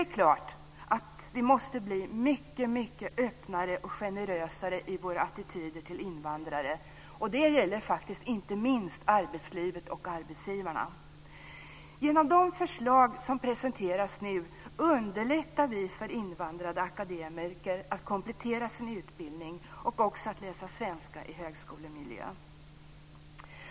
Självklart måste vi bli mycket öppnare och generösare i våra attityder till invandrare. Det gäller faktiskt inte minst arbetslivet och arbetsgivarna. Genom de förslag som nu presenteras underlättar vi för invandrade akademiker att komplettera sin utbildning och också att läsa svenska i högskolemiljö.